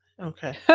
Okay